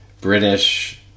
British